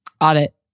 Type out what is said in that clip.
audit